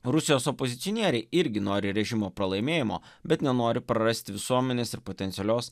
rusijos opozicionieriai irgi nori režimo pralaimėjimo bet nenori prarasti visuomenės ir potencialios